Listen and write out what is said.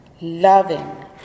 loving